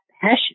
passion